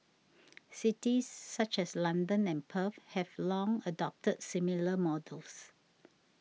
cities such as London and Perth have long adopted similar models